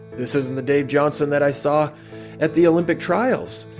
this isn't the dave johnson that i saw at the olympic trials.